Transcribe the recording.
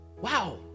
wow